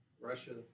Russia